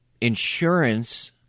insurance